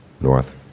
north